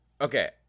Okay